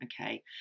okay